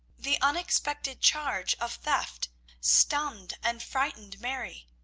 the unexpected charge of theft stunned and frightened mary.